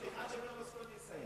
עד שברלוסקוני יסיים.